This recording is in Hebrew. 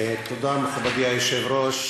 תודה, מכובדי היושב-ראש,